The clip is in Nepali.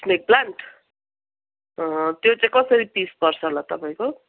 स्नेक प्लान्ट त्यो चाहिँ कसरी पिस पर्छ होला तपाईँको